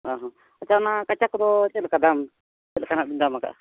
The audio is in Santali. ᱚ ᱦᱚᱸ ᱟᱪᱪᱷᱟ ᱚᱱᱟ ᱠᱟᱪᱟ ᱠᱚᱫᱚ ᱪᱮᱫ ᱞᱮᱠᱟ ᱫᱟᱢ ᱪᱮᱫ ᱞᱮᱠᱟᱱᱟᱜ ᱵᱮᱱ ᱫᱟᱢ ᱟᱠᱟᱜᱼᱟ